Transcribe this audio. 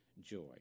joy